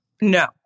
No